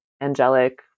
angelic